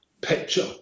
picture